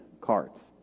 cards